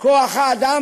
חברות כוח האדם.